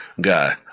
guy